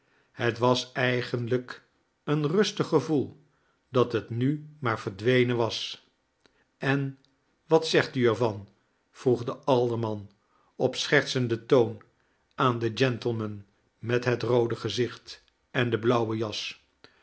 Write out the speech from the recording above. het was eigenlijk een rustig gevoel dat het nu maar verdwenen was en wat zegt u er van vroeg de alderman op schertsenden toon aan den gentleman met het roode gezieht en de blauwe jas